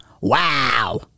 Wow